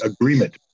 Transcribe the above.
agreement